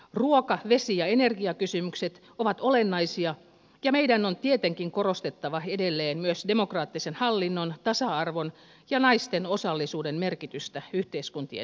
ruoka vesi ja energiakysymykset ovat olennaisia ja meidän on tietenkin korostettava edelleen myös demokraattisen hallinnon tasa arvon ja naisten osallisuuden merkitystä yhteiskuntien kehittämisessä